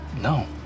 No